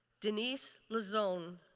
deniece lazone,